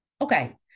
Okay